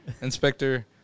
inspector